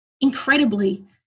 incredibly